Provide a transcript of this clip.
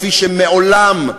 כפי שמעולם,